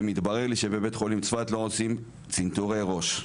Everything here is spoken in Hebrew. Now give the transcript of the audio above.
ומתברר לי שבבית חולים צפת לא עושים צנתורי ראש,